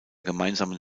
gemeinsamen